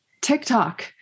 TikTok